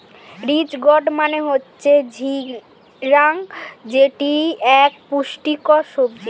ridge gourd মানে হচ্ছে ঝিঙ্গা যেটি এক পুষ্টিকর সবজি